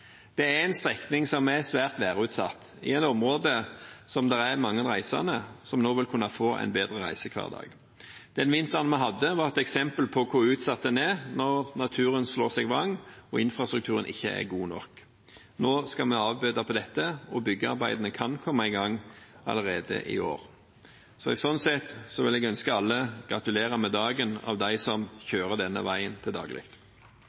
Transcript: Det er en strekning som er svært værutsatt, i et område hvor mange reisende nå kan få en bedre reisehverdag. Den vinteren vi hadde, var et eksempel på hvor utsatt man er når naturen slår seg vrang og infrastrukturen ikke er god nok. Nå skal vi avbøte dette, og byggearbeidene kan komme i gang allerede i år. Sånn sett vil jeg si gratulerer med dagen til alle som kjører denne veien til daglig.